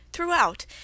Throughout